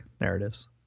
narratives